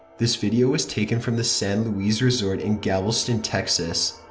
this video was taken from the san luis resort in galveston, texas.